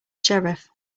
sheriff